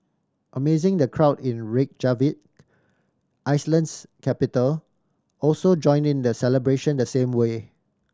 amazing the crowd in Reykjavik Iceland's capital also join in the celebration the same way